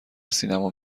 سینما